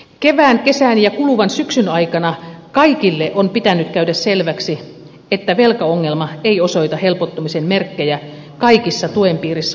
kevään kesän ja kuluvan syksyn aikana kaikille on pitänyt käydä selväksi että velkaongelma ei osoita helpottumisen merkkejä kaikissa tuen piirissä olevissa maissa